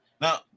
Now